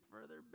further